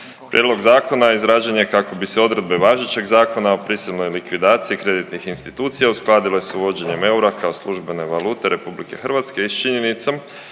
Prijedlog zakona izrađen je kako bi se odredbe važećeg Zakona o prisilnoj likvidaciji kreditnih institucija uskladile s uvođenjem eura kao službene valute RH i s činjenicom